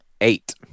eight